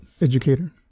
educator